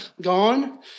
Gone